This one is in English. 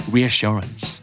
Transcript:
Reassurance